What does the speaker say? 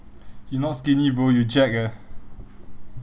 you not skinny bro you jacked eh